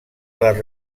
les